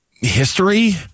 history